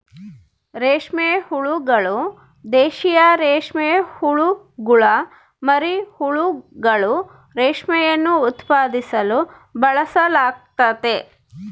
ರೇಷ್ಮೆ ಹುಳುಗಳು, ದೇಶೀಯ ರೇಷ್ಮೆಹುಳುಗುಳ ಮರಿಹುಳುಗಳು, ರೇಷ್ಮೆಯನ್ನು ಉತ್ಪಾದಿಸಲು ಬಳಸಲಾಗ್ತತೆ